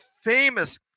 famous